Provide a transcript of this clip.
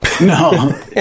No